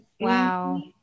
wow